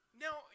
Now